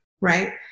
right